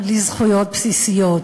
לזכויות בסיסיות.